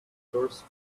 source